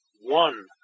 one